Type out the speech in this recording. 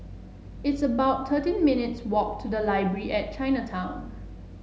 it's about thirteen minutes' walk to the Library at Chinatown